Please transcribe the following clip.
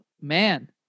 man